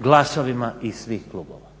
glasovima iz svih klubova